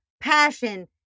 passion